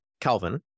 Calvin